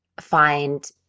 find